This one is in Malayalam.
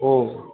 ഓ